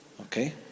Okay